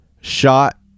shot